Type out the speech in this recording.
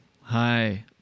Hi